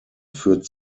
führt